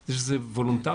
זה שזה וולונטרי,